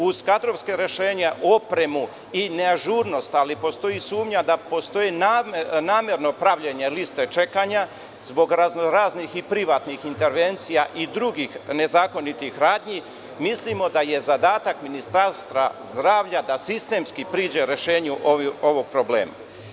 Uz kadrovska rešenja, opremu i neažurnost, ali postoji sumnja da postoje namerno pravljenje liste čekanja zbog raznoraznih i privatnih intervencija i drugih nezakonitih radnji, mislimo da je zadatak Ministarstva zdravlja da sistemski priđe rešenju ovog problema.